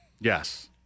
Yes